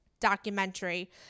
documentary